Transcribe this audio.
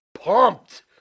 pumped